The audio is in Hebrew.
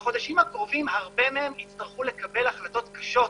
ובחודשים הקרובים הרבה מהם יצטרכו לקבל החלטות קשות